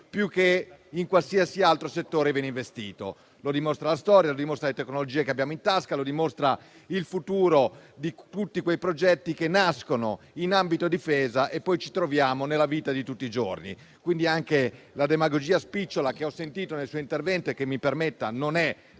più che in qualsiasi altro settore venga investito. Lo dimostra la storia; lo dimostrano le tecnologie che abbiamo in tasca; lo dimostra il futuro di tutti quei progetti che nascono in ambito difesa e che poi ci troviamo nella vita di tutti i giorni. Anche la demagogia spicciola che ho sentito nel suo intervento, e che - mi permetta - non è da